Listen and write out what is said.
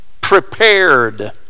prepared